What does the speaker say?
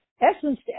essence